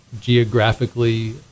geographically